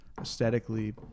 aesthetically